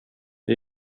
det